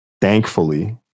thankfully